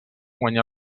guanyar